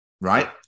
right